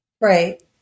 Right